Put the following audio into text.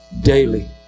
daily